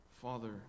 Father